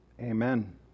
Amen